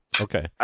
Okay